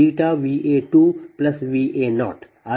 ಆದ್ದರಿಂದ Vb2Va1βVa2Va0